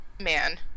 man